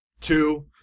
two